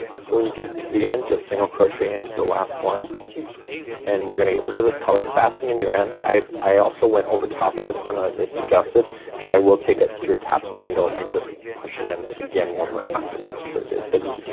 so when you get to the end just single crochet into the last one and we're gonna get rid of this color, fasten in your ends. i, i also went over top of this one as i suggested but i will take it to a tapestry needle and just push it in again one more time just to make sure it is hidden.